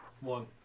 One